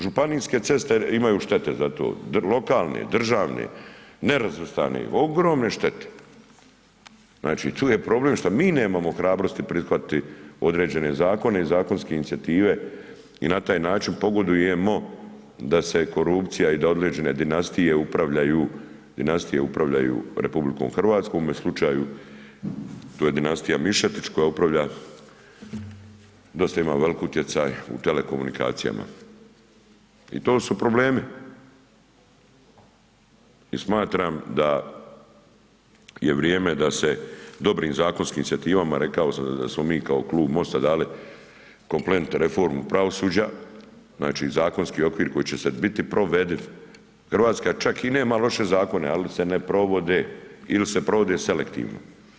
Županijske ceste imaju štete za to, lokalne, državne, nerazvrstani, ogromne štete, znači, tu je problem šta mi nemamo hrabrosti prihvatiti određene zakone i zakonske inicijative i na taj način pogodujemo da se korupcija i da određene dinastije upravljaju, dinastije upravljaju RH, u ovome slučaju to je dinastija Mišetić koja upravlja, dosta ima velik utjecaj u telekomunikacijama i to su problemi i smatram da je vrijeme da se dobrim zakonskim inicijativama, rekao sam da smo mi kao Klub MOST-a dali komplet reformu pravosuđa, znači zakonski okvir koji će sad biti provediv, RH čak i nema loše zakone, ali se ne provode ili se provode selektivno.